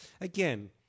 again